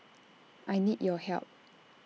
I need your help